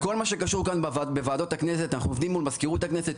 בכל מה שקשור בוועדות הכנסת אנחנו עובדים מול מזכירות הכנסת,